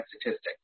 statistics